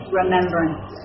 remembrance